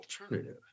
alternative